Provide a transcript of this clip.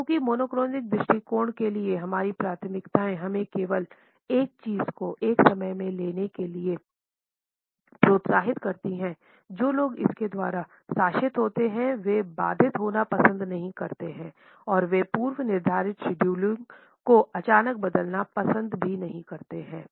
क्योंकि मोनोक्रोनिक दृष्टिकोण के लिए हमारी प्राथमिकता हमें केवल एक चीज़ को एक समय में लेने के लिए प्रोत्साहित करती है जो लोग इसके द्वारा शासित होते हैं वे बाधित होना पसंद नहीं करते हैं और पूर्व निर्धारित शेड्यूलिंग को अचानक बदलना पसंद भी नहीं करते हैं